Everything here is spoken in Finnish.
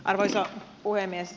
arvoisa puhemies